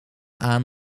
aan